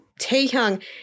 Taehyung